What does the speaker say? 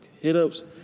hit-ups